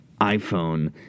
iPhone